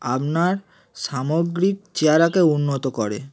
আপনার সামগ্রিক চেহারাকে উন্নত করে